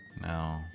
no